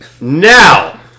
Now